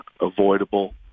avoidable